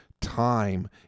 time